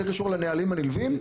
זה קשור לנהלים הנלווים,